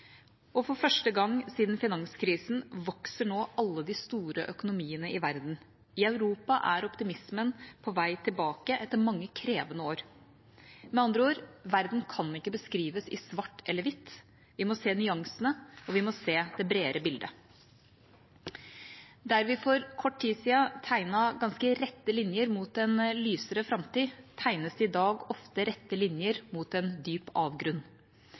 ISIL. For første gang siden finanskrisen vokser nå alle de store økonomiene i verden. I Europa er optimismen på vei tilbake etter mange krevende år. Med andre ord: Verden kan ikke beskrives i svart eller hvitt. Vi må se nyansene, og vi må se det bredere bildet. Der vi for kort tid siden tegnet ganske rette linjer mot en lysere framtid, tegnes det i dag ofte rette linjer mot en dyp avgrunn.